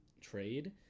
trade